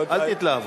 לא נכון.